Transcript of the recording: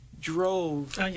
drove